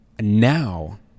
Now